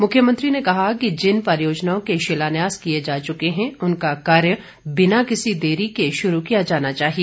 मुख्यमंत्री ने कहा कि जिन परियोनाओं के शिलान्यास किए जा चुके हैं उनका कार्य बिना किसी देरी के शुरू किया जाना चाहिए